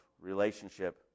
relationship